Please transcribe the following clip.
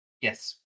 Yes